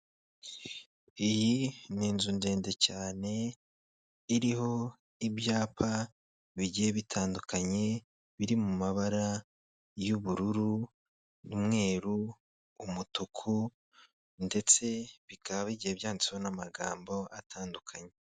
Iyi ni inzu ndende cyane iriho ibyapa bigiye bitandukanye, biri mu mabara y'ubururu, umweruru, umutuku, ndetse bikaba bigiye byanditseho n'amagambo atandukanye.